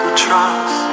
trust